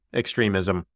extremism